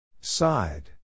Side